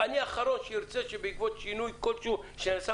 אני האחרון שארצה שבעקבות שינוי כלשהו שעשתה